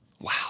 Wow